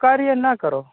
તો કાર્ય ન કરો